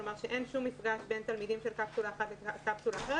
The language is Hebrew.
כלומר אין שום מפגש בין תלמידים של קפסולה אחת לתלמידים של קפסולה אחרת.